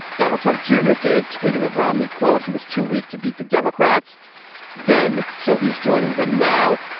donald trump, junior did. tweeting of romney, quote, he was too weak to beat the democrats then. so he's joining them now.